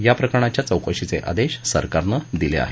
या प्रकरणाच्या चौकशीचे आदेश सरकारनं दिले आहेत